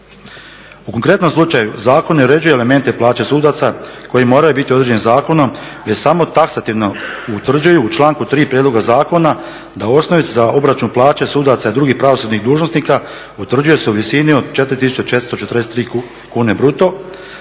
U konkretnom slučaju zakon ne uređuje elemente plaće sudaca koji moraju biti određeni zakonom, već samo taksativno utvrđuju u članku 3. prijedloga zakona da osnovica za obračun plaće sudaca i drugih pravosudnih dužnosnika utvrđuje se u visini od 4443 kune bruto,